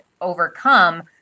overcome